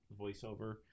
voiceover